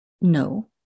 No